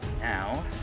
Now